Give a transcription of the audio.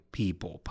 people